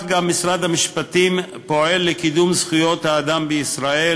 משרד המשפטים פועל לקידום זכויות האדם בישראל,